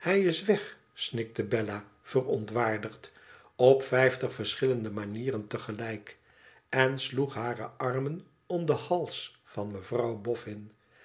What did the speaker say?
ihij is weg snikte bella verontwaardigd op vijftig verschillende manieren te gelijk en sloeg hare armen om den hals van mevrouw bofün